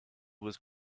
was